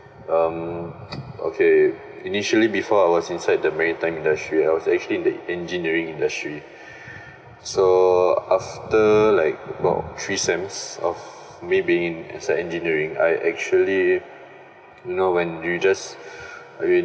um okay initially before I was inside the maritime industry I was actually in the engineering industry so after like about three sems of me being in as an engineering I actually know when you just